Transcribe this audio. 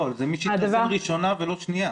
זה מי שהתחסן ראשונה ולא שנייה.